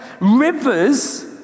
rivers